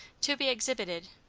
to be exhibited,